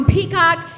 Peacock